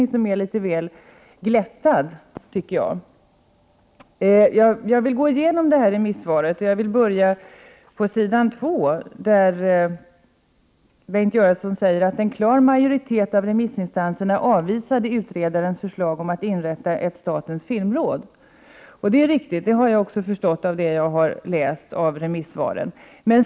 Jag skall gå igenom delar av vad som står i interpellationssvaret och börjar på s. 2. Bengt Göransson säger där så här: ”En klar majoritet av remissinstanserna avvisade utredarens förslag om att inrätta ett statens filmråd.” Det är riktigt, vilket jag har förstått av det jag har läst i remissvaren.